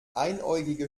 einäugige